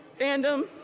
fandom